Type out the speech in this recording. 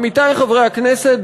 עמיתי חברי הכנסת,